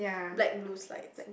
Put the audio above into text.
black blue slides